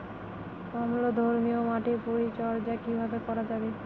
অম্লধর্মীয় মাটির পরিচর্যা কিভাবে করা যাবে?